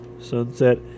Sunset